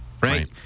Right